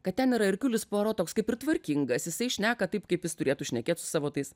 kad ten yra erkiulis puaro toks kaip ir tvarkingas jisai šneka taip kaip jis turėtų šnekėt su savo tais